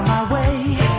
away